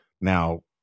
now